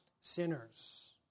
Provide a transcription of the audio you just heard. sinners